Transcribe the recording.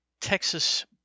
Texas